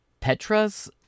Petras